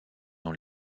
dans